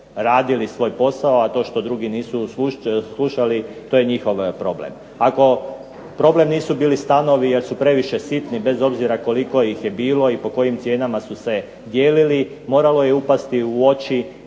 radili svoj posao, a to što drugi nisu slušali to je njihov problem. Ako problem nisu bili stanovi jer su previše sitni bez obzira koliko ih je bilo i po kojim cijenama su se dijelili, moralo je upasti u oči